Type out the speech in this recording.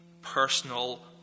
personal